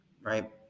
right